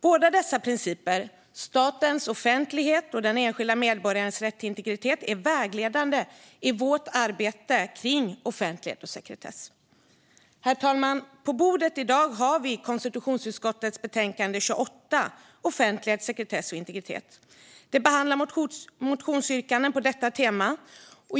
Båda dessa principer - statens offentlighet och den enskilda medborgarens rätt till integritet - är vägledande i vårt arbete kring offentlighet och sekretess. Herr talman! På bordet i dag har vi konstitutionsutskottets betänkande 2021/22:KU28 Offentlighet, sekretess och integritet , som behandlar motionsyrkanden på detta tema.